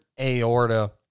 aorta